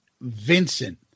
Vincent